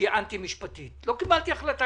הכנסת